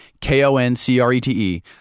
K-O-N-C-R-E-T-E